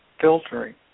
filtering